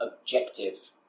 objective